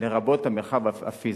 לרבות המרחב הפיזי.